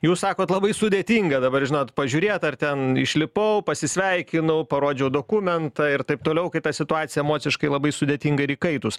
jūs sakot labai sudėtinga dabar žinot pažiūrėt ar ten išlipau pasisveikinau parodžiau dokumentą ir taip toliau kai ta situacija emociškai labai sudėtinga ir įkaitus